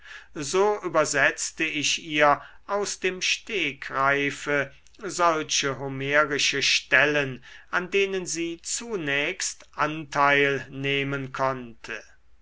so übersetzte ich ihr aus dem stegreife solche homerische stellen an denen sie zunächst anteil nehmen konnte